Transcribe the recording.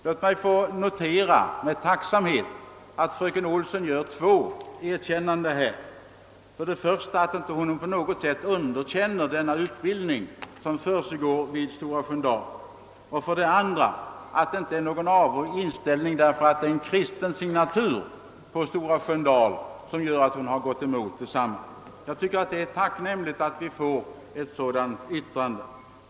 Låt mig notera med tacksamhet att fröken Olsson gör två erkännanden, för det första att hon inte på något sätt underkänner den utbildning som försiggår vid Stora Sköndal, och för det andra att hon inte har någon avog inställning mot Stora Sköndal på grund av dess kristna signatur. Jag tycker att det är tacknämligt att vi fått ett sådant uttalande.